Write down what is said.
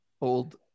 old